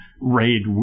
raid